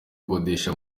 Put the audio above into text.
gukodesha